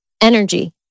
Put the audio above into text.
Energy